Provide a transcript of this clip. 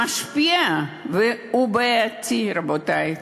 משפיע והוא בעייתי, רבותי.